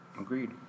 Agreed